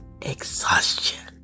exhaustion